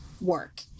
work